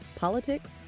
Politics